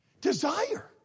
Desire